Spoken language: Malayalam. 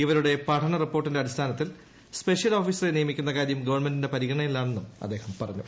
ഇവരുടെ പഠനറിപ്പോർട്ടിന്റെ അടിസ്ഥാനത്തിൽ സ്പെഷ്യൽ ഓഫീസറെ നിയമിക്കുന്ന കാര്യം ഗവൺമെന്റിന്റെ പരിഗണനയിലാണെന്നും അദ്ദേഹം പറഞ്ഞു